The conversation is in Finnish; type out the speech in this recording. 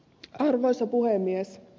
arvoisa puhemies